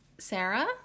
sarah